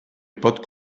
pot